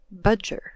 budger